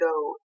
go